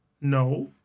No